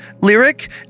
Lyric